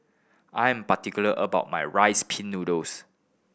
I'm particular about my Rice Pin Noodles